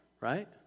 right